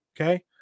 Okay